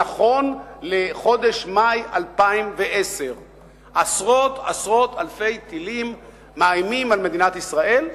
נכון לחודש מאי 2010. עשרות עשרות אלפי טילים מאיימים על מדינת ישראל,